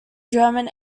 german